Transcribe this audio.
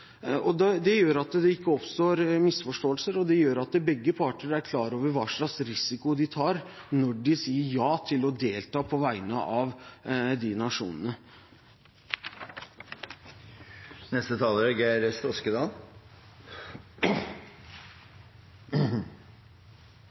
med tilbake. Det gjør at det ikke oppstår misforståelser, og det gjør at begge parter er klar over hva slags risiko de tar når de sier ja til å delta på vegne av de nasjonene. Det er